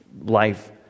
life